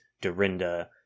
Dorinda